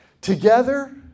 together